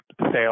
sales